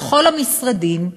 בכל המשרדים,